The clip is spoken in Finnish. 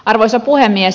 arvoisa puhemies